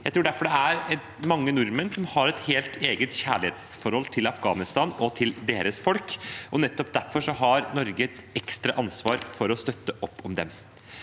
Jeg tror derfor det er mange nordmenn som har et helt eget kjærlighetsforhold til Afghanistan og dets folk, og nettopp derfor har Norge et ekstra ansvar for å støtte opp om dem.